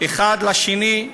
האחד לשני.